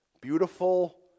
beautiful